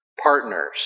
Partners